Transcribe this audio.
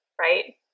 right